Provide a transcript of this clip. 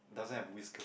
doesn't have whisker